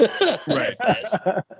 Right